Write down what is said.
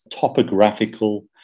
topographical